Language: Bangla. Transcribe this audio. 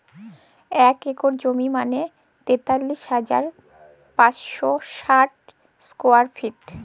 এক একর জমি মানে তেতাল্লিশ হাজার পাঁচশ ষাট স্কোয়ার ফিট